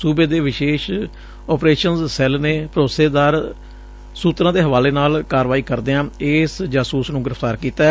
ਸੁਬੇ ਦੇ ਵਿਸ਼ੇਸ਼ ਓਪਰੇਸ਼ਨਜ਼ ਸੈੱਲ ਨੇ ਭਰੋਸੇਦਾਰ ਸੂਤਰਾਂ ਦੇ ਹਵਾਲੇ ਨਾਲ ਕਾਰਵਾਈ ਕਰਦਿਆਂ ਇਸ ਜਾਸੁਸ ਨੂੰ ਗ੍ਰਿਫ਼ਤਾਰ ੀਤੈ